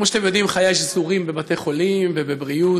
כמו שאתם יודעים, חיי שזורים בבתי-חולים ובבריאות,